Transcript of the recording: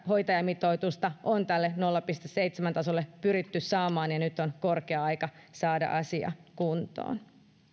hoitajamitoitusta on tälle nolla pilkku seitsemän tasolle pyritty saamaan ja nyt on korkea aika saada asia kuntoon